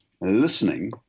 listening